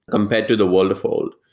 compared to the world of old.